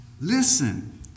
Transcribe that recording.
Listen